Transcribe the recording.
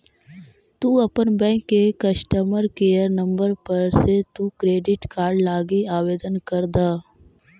तु अपन बैंक के कस्टमर केयर नंबर पर से तु क्रेडिट कार्ड लागी आवेदन कर द